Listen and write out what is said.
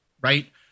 right